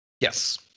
Yes